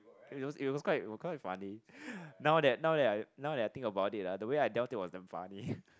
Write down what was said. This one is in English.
it was it was quite quite funny now that now that I now that I think about it ah the way I dealt it was damn funny